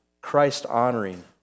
Christ-honoring